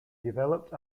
developed